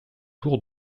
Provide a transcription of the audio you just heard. tour